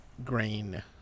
grain